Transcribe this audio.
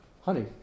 Honey